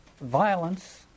violence